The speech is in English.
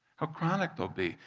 how chronic they' ll be.